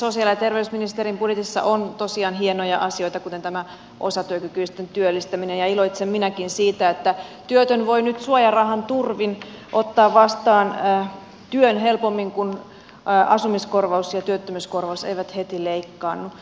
sosiaali ja terveysministerin budjetissa on tosiaan hienoja asioita kuten tämä osatyökykyisten työllistäminen ja iloitsen minäkin siitä että työtön voi nyt suojarahan turvin ottaa vastaan työn helpommin kun asumiskorvaus ja työttömyyskorvaus eivät heti leikkaannu